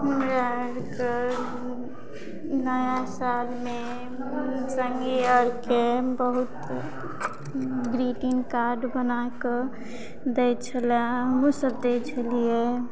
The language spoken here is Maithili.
हमरा आरके नया सालमे संगी आरके बहुत ग्रीटिंग कार्ड बनाकऽ दै छलए हमहुँ सब दै छलियै